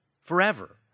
forever